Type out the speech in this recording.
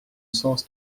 sens